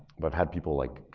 but i've had people, like,